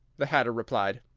the hatter replied.